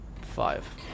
five